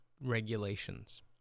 regulations